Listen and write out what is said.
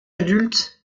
adulte